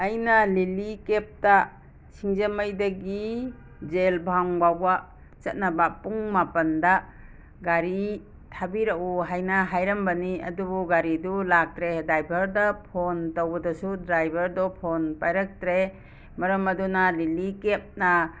ꯑꯩꯅ ꯂꯤꯂꯤ ꯀꯦꯞꯇ ꯁꯤꯡꯖꯃꯩꯗꯒꯤ ꯖꯦꯜꯚꯥꯡꯐꯥꯎꯕ ꯆꯠꯅꯕ ꯄꯨꯡ ꯃꯥꯄꯟꯗ ꯒꯥꯔꯤ ꯊꯥꯕꯤꯔꯛꯎ ꯍꯥꯏꯅ ꯍꯥꯏꯔꯝꯕꯅꯤ ꯑꯗꯨꯕꯨ ꯒꯥꯔꯤꯗꯨ ꯂꯥꯛꯇ꯭ꯔꯦ ꯗꯥꯏꯕꯔꯗ ꯐꯣꯟ ꯇꯧꯕꯗꯁꯨ ꯗ꯭ꯔꯥꯏꯕꯔꯗꯣ ꯐꯣꯟ ꯄꯥꯏꯔꯛꯇ꯭ꯔꯦ ꯃꯔꯝ ꯑꯗꯨꯅ ꯂꯤꯂꯤ ꯀꯦꯞꯅ